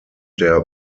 der